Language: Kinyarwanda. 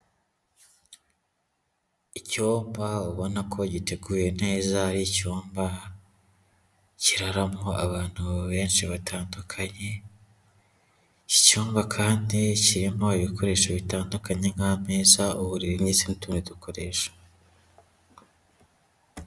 icyopa ubona ko giteguye neza y'icyumba kiraramo abantu benshi batandukanye, iki cyumba kandi kirimo ibikoresho bitandukanye nk'amez, uburiri ese n'izindi nkweto ukoresha.